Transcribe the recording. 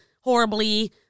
horribly